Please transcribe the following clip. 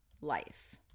life